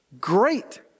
great